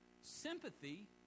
Sympathy